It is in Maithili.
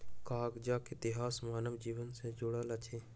कागजक इतिहास मानव जीवन सॅ जुड़ल अछि